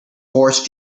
force